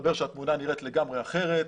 מסתבר שהתמונה נראית לגמרי אחרת.